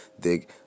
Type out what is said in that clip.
Dig